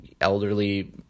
elderly